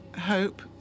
hope